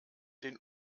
den